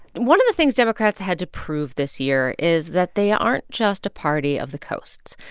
one of the things democrats had to prove this year is that they aren't just a party of the coasts.